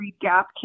gap